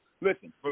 listen